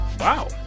Wow